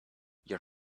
your